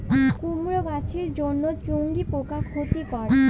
কুমড়ো গাছের জন্য চুঙ্গি পোকা ক্ষতিকর?